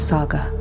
Saga